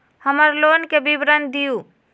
हमर लोन के विवरण दिउ